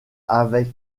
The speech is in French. avec